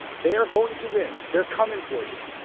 they're going to win. they're coming for you.